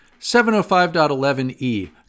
705.11e